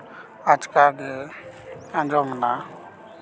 ᱟᱪᱠᱟᱜᱮ ᱟᱸᱡᱚᱢᱱᱟ